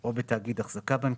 או בתאגיד אחזקה בנקאית,